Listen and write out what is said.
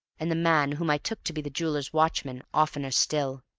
and the man whom i took to be the jeweller's watchman oftener still,